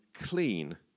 clean